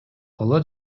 коло